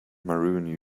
maroon